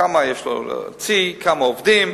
כמה יש לו להוציא, כמה עובדים.